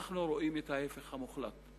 אנחנו רואים את ההיפך המוחלט,